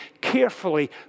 carefully